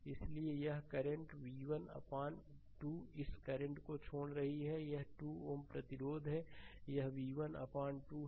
इसलिए यह current v1 अपान 2 इस करंट को छोड़ रही है यह 2 Ω प्रतिरोध है यह v1अपान 2 है